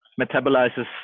metabolizes